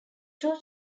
two